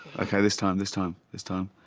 okay, this time. this time, this time.